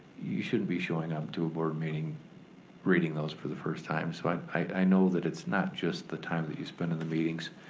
you shouldn't be showing up to a board meeting reading those for the first time. so i i know that it's not just the time that you spend in the meetings.